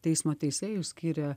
teismo teisėjus skiria